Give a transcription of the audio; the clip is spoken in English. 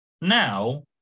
Now